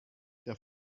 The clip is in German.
der